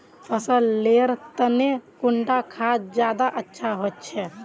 फसल लेर तने कुंडा खाद ज्यादा अच्छा होचे?